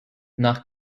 nach